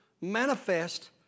manifest